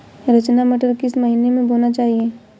रचना मटर किस महीना में बोना चाहिए?